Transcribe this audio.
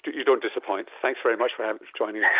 you don't disappoint, thanks very much for um joining